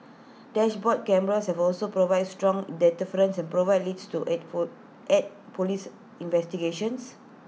dashboard cameras have also provided strong deterrence and provided leads to aid for aid Police investigations